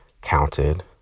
counted